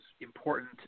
important